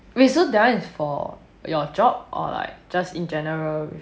wait so that one is for your job or like just in general